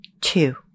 two